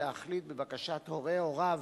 להחליט בבקשת הורי הוריו